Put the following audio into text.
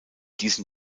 diesen